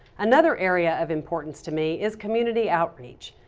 another area of importance to me is community outreach.